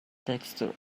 texture